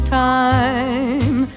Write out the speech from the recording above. time